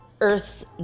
earth's